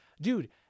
dude